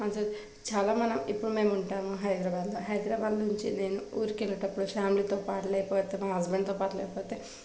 మన అసలు చాలా మనం ఇప్పుడు మేము ఉంటాము హైదరాబాద్లో హైదరాబాద్ నుంచి నేను ఊరికి వెళ్లేటప్పుడు ఫ్యామిలీతో పాటు లేకపోతే మా హస్బెండ్తో పాటు లేకపోతే